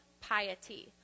piety